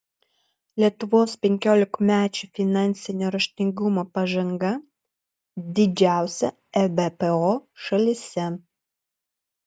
lietuvos penkiolikmečių finansinio raštingumo pažanga didžiausia ebpo šalyse